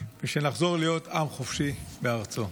ושנחזור להיות עם חופשי בארצו.